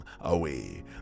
away